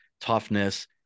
toughness